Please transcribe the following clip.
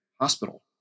hospital